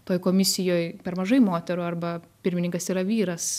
toj komisijoj per mažai moterų arba pirmininkas yra vyras